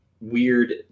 weird